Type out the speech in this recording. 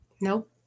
Nope